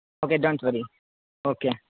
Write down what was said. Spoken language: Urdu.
okay done okay